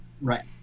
right